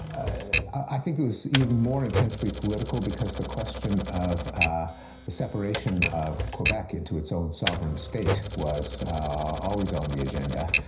i think it was even more intensely political because the question of the separation of quebec into its own sovereign state was always on the agenda,